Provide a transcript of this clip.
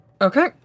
Okay